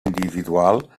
individual